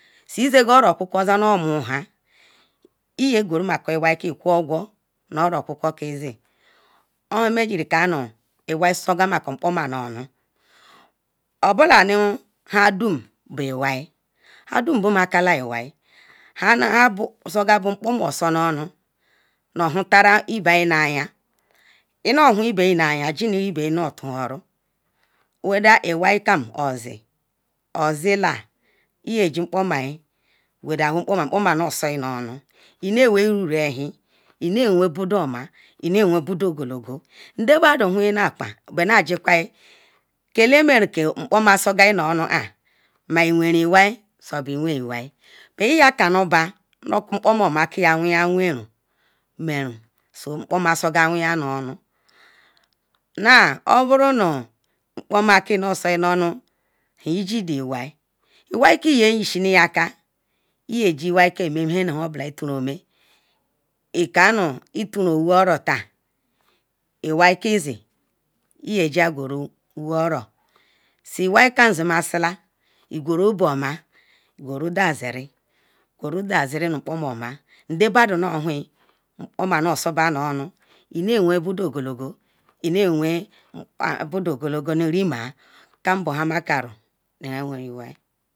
si esangal nu oro okuku zen omohan iyo guru iwai ke qu ar oquar nu oro oku ku ke isi okan meru megeri ka nu iwai segal nunu obola iwai han bul mk pom osununu ohantal iben nu iyan nu hun ben nu iyan nu hun iben nu iyam an nuturing godonwo mpoma mpoma nu si i nu onu inewen bodon oman inewer iruru oma nde badon wonnal bennesi quick kela meren mpoma so gal nu onu an i wero i wai sobo nu i wen i wai iya kanuba nubo mpoma oma kiam mewerun oyamegam so mpoma sogam nuonu na obaruru mpoma sogal nuonu so iji iwai iwai ke ye ye shinin aker ikanu ituruu oworotan iwai ke zi iyor oworo si iwai kam zi masila idaziri idaziri nu oyoma ndabadon nu howen mpoma nu soba inewen bodo inewen bodo agologo nu remin kam bohan makaru nu yin weru iwai